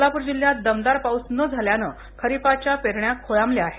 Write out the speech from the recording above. सोलापूर जिल्ह्यात दमदार पाऊस न झाल्याने खरीपाच्या पेरण्या खोळंबल्या आहेत